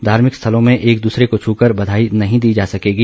धार्मिक स्थलों में एक दूसरे को छूकर बधाई नहीं दी जा सकेगी